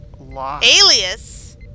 alias